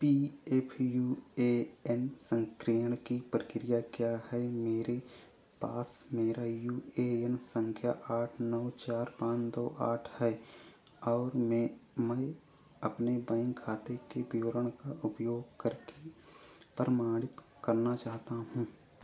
P F U A N सक्रियण की प्रक्रिया क्या है मेरे पास मेरा यू ए एन संख्या आठ नौ पाँच चार पाँच दो आठ है और में मैं अपने बैंक खाते के विवरण का उपयोग करके प्रमाणित करना चाहता हूँ